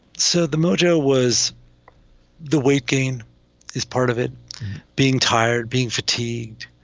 so the mojo was the weight gain is part of it being tired, being fatigued.